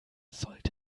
sollte